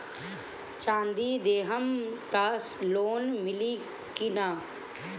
चाँदी देहम त लोन मिली की ना?